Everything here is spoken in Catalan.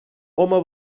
home